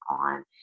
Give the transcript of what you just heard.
on